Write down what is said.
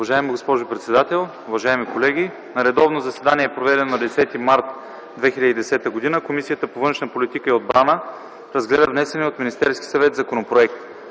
Уважаема госпожо председател, уважаеми колеги! „На редовно заседание, проведено на 10 март 2010 г., Комисията по външна политика и отбрана разгледа внесения от Министерския съвет законопроект.